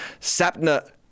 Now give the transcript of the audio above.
Sapna